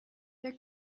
wer